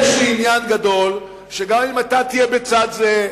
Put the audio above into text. יש לי עניין גדול שגם אם אתה תהיה בצד זה,